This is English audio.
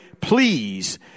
please